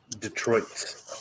Detroit